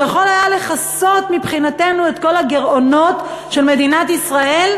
שיכול היה לכסות מבחינתנו את כל הגירעונות של מדינת ישראל,